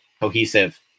cohesive